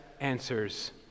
answers